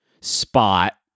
spot